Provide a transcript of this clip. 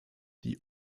die